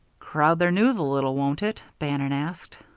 crowd their news a little, won't it? bannon asked.